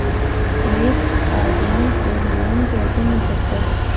एक आदमी को लोन कैसे मिल सकता है?